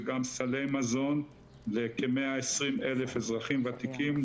וגם סלי מזון לכ-120 אלף אזרחים ותיקים.